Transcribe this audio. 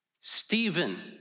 Stephen